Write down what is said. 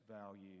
value